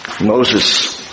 Moses